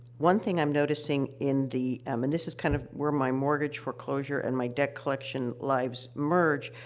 one thing i'm noticing in the um, and this is kind of where my mortgage foreclosure and my debt collection lives merge.